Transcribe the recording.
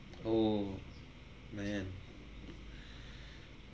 oh man